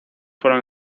fueron